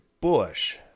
Bush